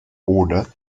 order